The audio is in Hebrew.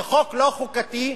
זה חוק לא חוקתי,